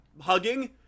hugging